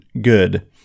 good